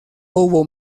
hubo